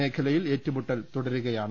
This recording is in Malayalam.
മേഖലയിൽ ഏറ്റുമുട്ടൽ തുടരുകയാണ്